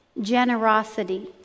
generosity